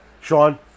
Sean